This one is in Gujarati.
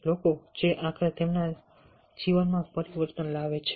લોકો જે આખરે તેમના જીવનમાં પરિવર્તન લાવે છે